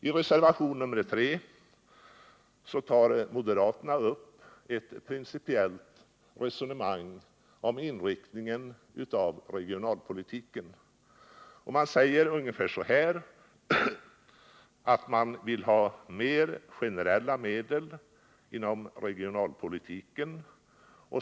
I reservationen 3 tar moderaterna upp ett principiellt resonemang om inriktningen av regionalpolitiken. Man säger där att man vill ha mer generella medel inom regionalpolitiken.